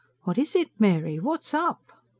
what is it, mary? what's up?